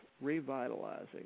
revitalizing